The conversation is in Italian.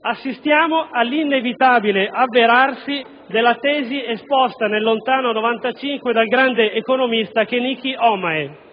assistiamo all'inevitabile avverarsi della tesi esposta nel lontano 1995 dal grande economista Kenichi Ohmae: